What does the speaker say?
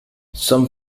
some